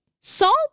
salt